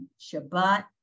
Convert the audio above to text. Shabbat